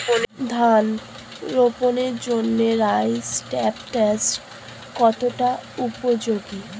ধান রোপণের জন্য রাইস ট্রান্সপ্লান্টারস্ কতটা উপযোগী?